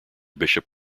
bishop